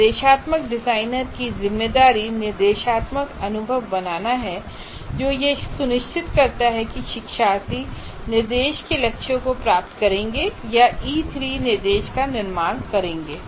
निर्देशात्मक डिज़ाइनर की ज़िम्मेदारी निर्देशात्मक अनुभव बनाना है जो यह सुनिश्चित करता है कि शिक्षार्थी निर्देश के लक्ष्यों को प्राप्त करेंगे या E3 निर्देश का निर्माण करेंगे